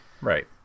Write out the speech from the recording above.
Right